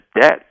debt